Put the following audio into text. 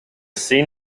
seen